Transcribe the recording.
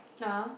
lah